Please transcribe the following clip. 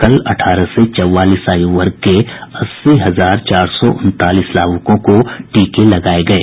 कल अठारह से चौवालीस आयु वर्ग के अस्सी हजार चार सौ उनतालीस लाभुकों को टीके लगाये गये